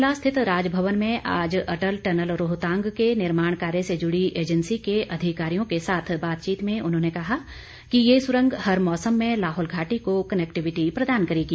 शिमला स्थित राजभवन में आज अटल टनल रोहतांग के निर्माण कार्य से जुड़ी एजैंसी के अधिकारियों के साथ बातचीत में उन्होंने कहा कि यह सुरंग हर मौसम में लाहौल घाटी को कनैक्टिविटी प्रदान करेगी